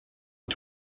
est